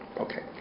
Okay